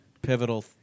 Pivotal